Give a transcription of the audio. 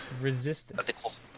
Resistance